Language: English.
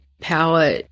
power